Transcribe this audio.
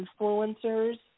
influencers